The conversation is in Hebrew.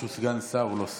המליאה.